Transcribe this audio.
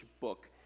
book